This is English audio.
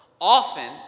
often